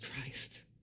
Christ